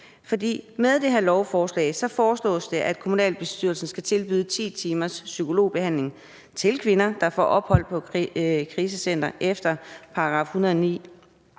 med det her lovforslag foreslås det, at kommunalbestyrelsen skal tilbyde 10 timers psykologbehandling til kvinder, der får ophold på et krisecenter efter § 109,